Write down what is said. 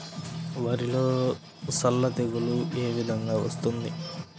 వరిలో సల్ల తెగులు ఏ విధంగా వస్తుంది?